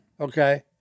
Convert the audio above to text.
okay